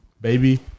baby